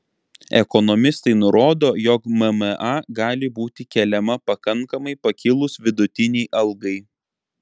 ekonomistai nurodo jog mma gali būti keliama pakankamai pakilus vidutinei algai